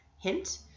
hint